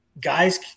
guys